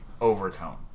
overtone